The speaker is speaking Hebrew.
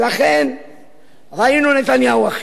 לכן ראינו נתניהו אחר.